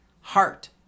Heart